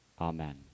Amen